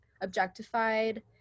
objectified